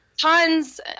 Tons